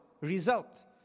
result